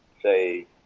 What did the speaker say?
say